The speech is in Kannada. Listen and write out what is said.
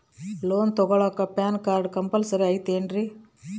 ಲೋನ್ ತೊಗೊಳ್ಳಾಕ ಪ್ಯಾನ್ ಕಾರ್ಡ್ ಕಂಪಲ್ಸರಿ ಐಯ್ತೇನ್ರಿ?